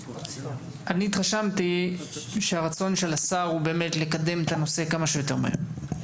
אני התרשמתי שהרצון של השר הוא לקדם את הנושא כמה שיותר מהר.